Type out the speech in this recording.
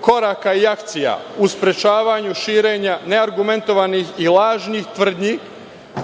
„Koraka i akcija u sprečavanju širenja neargumentovanih i lažnih tvrdnji